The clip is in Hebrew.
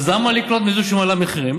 אז למה לקנות מזה שהעלה מחירים?